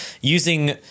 using